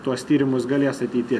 tuos tyrimus galės ateity